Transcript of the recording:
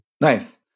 Nice